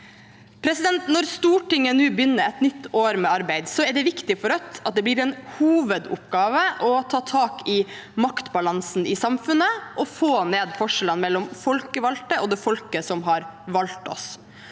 Når Stortinget nå begynner et nytt år med arbeid, er det viktig for Rødt at det blir en hovedoppgave å ta tak i maktbalansen i samfunnet og få ned forskjellene mel lom folkevalgte og det folket som har valgt oss.